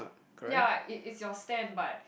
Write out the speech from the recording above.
yeah it it's your stand but